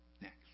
next